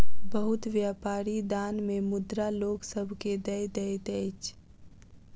बहुत व्यापारी दान मे मुद्रा लोक सभ के दय दैत अछि